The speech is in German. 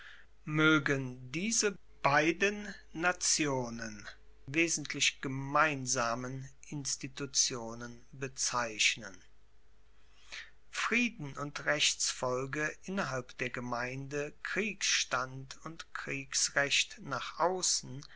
moegen diese beiden nationen wesentlich gemeinsamen institutionen bezeichnen frieden und rechtsfolge innerhalb der gemeinde kriegsstand und kriegsrecht nach aussen